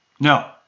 No